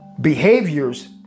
behaviors